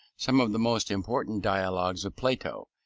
some of the most important dialogues of plato,